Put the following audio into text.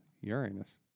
Uranus